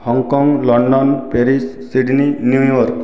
Hong Kong London Paris Sydney New York